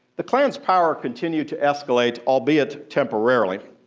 the klan's power continued to escalate, albeit temporarily.